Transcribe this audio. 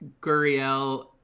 Guriel